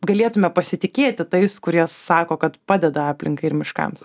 galėtume pasitikėti tais kurie sako kad padeda aplinkai ir miškams